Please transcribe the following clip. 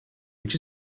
which